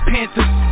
Panthers